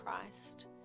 Christ